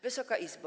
Wysoka Izbo!